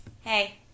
hey